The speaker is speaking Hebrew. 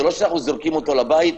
זה לא שאנחנו זורקים אותו לבית.